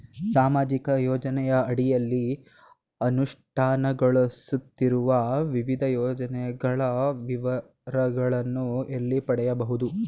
ಸಾಮಾಜಿಕ ಯೋಜನೆಯ ಅಡಿಯಲ್ಲಿ ಅನುಷ್ಠಾನಗೊಳಿಸುತ್ತಿರುವ ವಿವಿಧ ಯೋಜನೆಗಳ ವಿವರಗಳನ್ನು ಎಲ್ಲಿ ಪಡೆಯಬಹುದು?